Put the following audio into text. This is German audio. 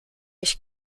ich